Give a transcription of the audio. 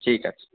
ঠিক আছে